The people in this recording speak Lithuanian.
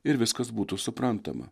ir viskas būtų suprantama